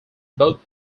both